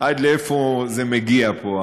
עד לאיפה זה מגיע פה,